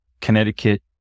Connecticut